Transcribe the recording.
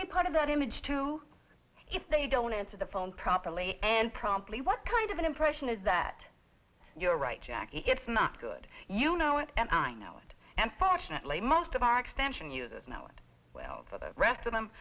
that image too if they don't answer the phone properly and promptly what kind of an impression is that you're right jacki it's not good you know it and i know it and fortunately most of our extension users know it well for the rest of them